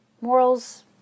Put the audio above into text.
morals